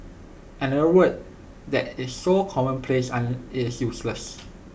another word that is so commonplace and is useless